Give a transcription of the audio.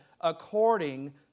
according